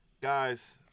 guys